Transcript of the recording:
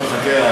לא, חכה.